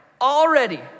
already